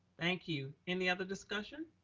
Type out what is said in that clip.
thank you. any other discussion?